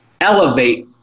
elevate